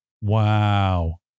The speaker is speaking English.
Wow